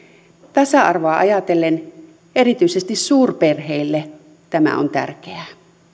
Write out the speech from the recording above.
tasa arvoa ajatellen erityisesti suurperheille tämä on tärkeää